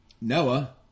Noah